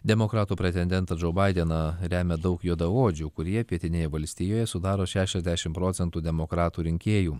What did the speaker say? demokratų pretendentą džou baideną remia daug juodaodžių kurie pietinėje valstijoje sudaro šešiasdešim procentų demokratų rinkėjų